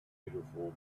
beautiful